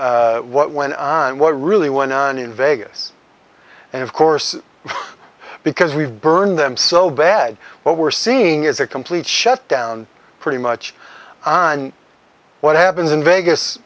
report what went on what really went on in vegas and of course because we've burned them so bad what we're seeing is a complete shutdown pretty much what happens in vegas